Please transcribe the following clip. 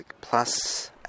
plus